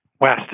West